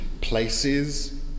places